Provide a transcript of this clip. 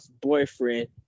boyfriend